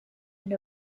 and